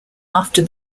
after